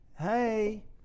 hey